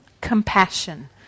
compassion